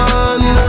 one